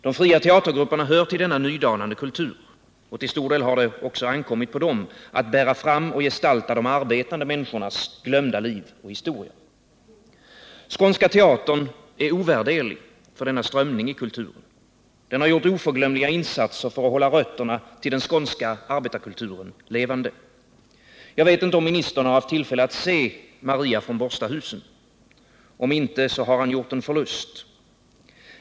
De fria teatergrupperna hör till denna nydanande kultur, och till stor del har det också ankommit på dem att bära fram och gestalta de arbetande människornas glömda liv och historia. Skånska teatern är ovärderlig för denna strömning i kulturen. Den har gjort oförglömliga insatser för att hålla rötterna till den skånska arbetarkulturen levande. Jag vet inte om utbildningsministern haft tillfälle att se Maria från Borstahusen — om inte, har han gjort en förlust.